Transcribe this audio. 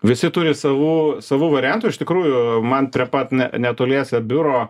visi turi savų variantų iš tikrųjų man prie pat netoliese biuro